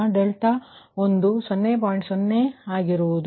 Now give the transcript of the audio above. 0 ಆಗಿರುವುದು